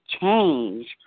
change